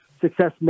Success